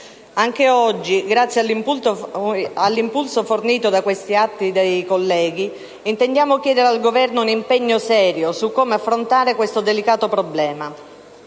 Anche oggi, grazie all'impulso fornito dalle mozioni presentate dai colleghi, intendiamo chiedere al Governo un impegno serio su come affrontare questo delicato problema.